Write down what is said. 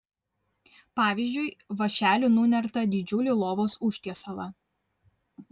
pavyzdžiui vąšeliu nunertą didžiulį lovos užtiesalą